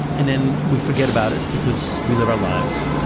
and then we forget about it because we live our lives,